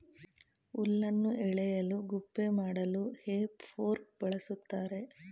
ಹುಲ್ಲನ್ನು ಎಳೆಯಲು ಗುಪ್ಪೆ ಮಾಡಲು ಹೇ ಫೋರ್ಕ್ ಬಳ್ಸತ್ತರೆ